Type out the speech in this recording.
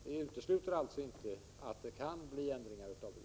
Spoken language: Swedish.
Vi utesluter alltså inte att det blir ändringar av bestämmelserna.